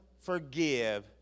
forgive